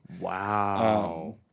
Wow